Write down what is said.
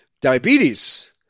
diabetes